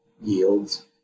yields